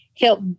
help